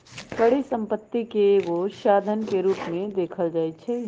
परिसम्पत्ति के एगो साधन के रूप में देखल जाइछइ